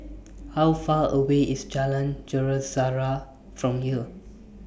How Far away IS Jalan Sejarah from here